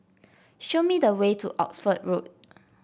show me the way to Oxford Road